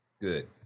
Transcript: Good